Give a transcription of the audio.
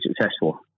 successful